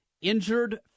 Injured